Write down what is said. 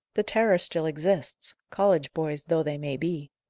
the terror still exists, college boys though they may be.